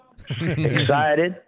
excited